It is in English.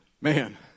Man